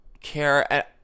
care